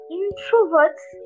introverts